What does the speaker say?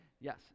yes